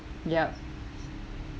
yup